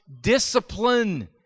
discipline